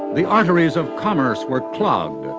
the arteries of commerce were clogged,